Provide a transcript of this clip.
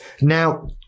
now